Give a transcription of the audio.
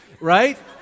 right